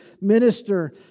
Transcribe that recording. minister